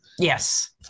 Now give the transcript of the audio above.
Yes